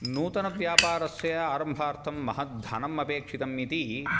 नूतनव्यापारस्य आरम्भार्थं महद्धनम् अपेक्षितमिति